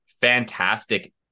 fantastic